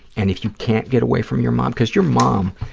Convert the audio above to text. and if you can't get away from your mom, because your mom,